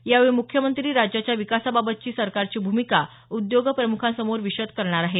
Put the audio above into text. यावेळी मुख्यमंत्री राज्याच्या विकासाबाबतची सरकारची भूमिका उद्योगप्रम्खांसमोर विशद करणार आहेत